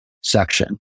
section